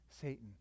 Satan